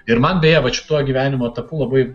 ir man beje vat šituo gyvenimo etapu labai